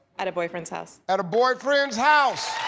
at a boyfriend's house. at a boyfriend's house.